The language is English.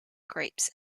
grapes